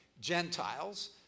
Gentiles